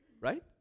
Right